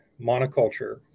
monoculture